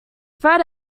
fred